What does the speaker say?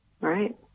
Right